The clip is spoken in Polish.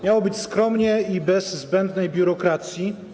Miało być skromnie i bez zbędnej biurokracji.